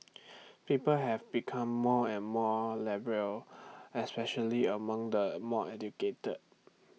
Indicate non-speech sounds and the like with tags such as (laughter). (noise) people have become more and more liberal especially among the more educated